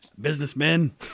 businessmen